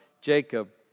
Jacob